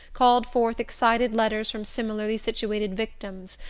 called forth excited letters from similarly situated victims,